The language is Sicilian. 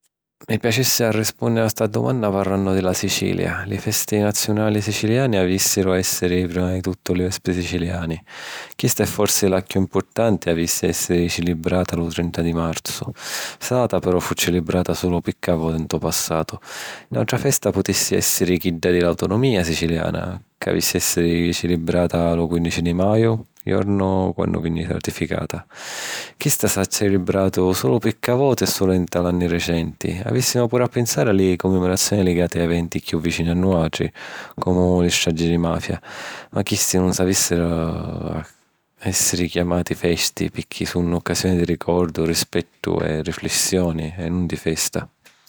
Mi piacissi arrispùnniri a sta dumanna parrannu di la Sicilia. Li festi naziunali siciliani avìssiru a èssiri, prima di tuttu, li Vèspiri Siciliani. Chista è forsi la chiù mpurtanti e avissi a èssiri cilibrata lu trenta di marzu. Sta data, però, fu cilibrata sulu picca voti ntô passatu. N’àutra festa putissi èssiri chidda di l’Autonomìa Siciliana, c'avissi a èssiri cilibrata lu quìnnici di maju, jornu quannu vinni ratificata. Chista s'ha cilibratu sulu picca voti e sulu nti l’anni recenti. Avìssimu puru a pinsari a li commemorazioni ligati a eventi chiù vicini a nuàutri, comu li straggi di mafia. Ma chisti nun avìssiru a èssiri chiamati ‘festi’, picchì sunnu occasioni di ricordu, rispettu e riflissioni, e nun di festa.